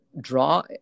draw